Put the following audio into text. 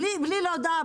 בלי הודעה,